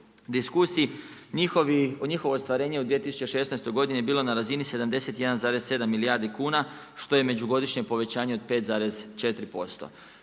diskusiji, u njihovo ostvarenje u 2016. godini je bilo na razini 71,7 milijardi kuna, što je međugodišnje povećanje od 5,4%.